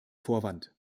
vorwand